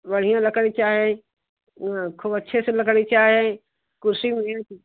बढ़िया लकड़ी चाहें ख़ूब अच्छी सी लकड़ी चाहें कुर्सी मेज़